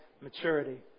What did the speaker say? maturity